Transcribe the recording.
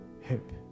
hip